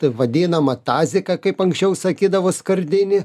taip vadinamą taziką kaip anksčiau sakydavo skardinį